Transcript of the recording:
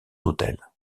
hôtels